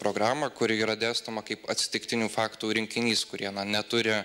programą kuri yra dėstoma kaip atsitiktinių faktų rinkinys kurie na neturi